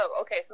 Okay